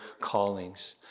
callings